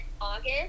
August